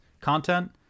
content